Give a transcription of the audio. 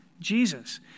Jesus